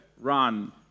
run